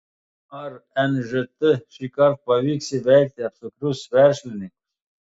ar nžt šįkart pavyks įveikti apsukrius verslininkus